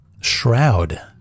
shroud